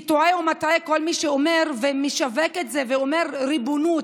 כי טועה ומטעה כל מי שמשווק את זה ואומר: ריבונות,